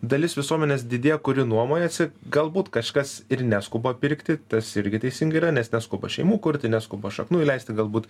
dalis visuomenės didėja kuri nuomojasi galbūt kažkas ir neskuba pirkti tas irgi teisinga yra nes neskuba šeimų kurti neskuba šaknų įleisti galbūt